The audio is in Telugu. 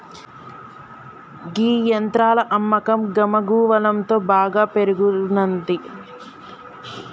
గీ యంత్రాల అమ్మకం గమగువలంతో బాగా పెరిగినంది